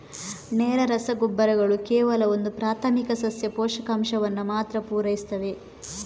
ನೇರ ರಸಗೊಬ್ಬರಗಳು ಕೇವಲ ಒಂದು ಪ್ರಾಥಮಿಕ ಸಸ್ಯ ಪೋಷಕಾಂಶವನ್ನ ಮಾತ್ರ ಪೂರೈಸ್ತವೆ